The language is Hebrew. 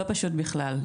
זה לא פשוט בכלל.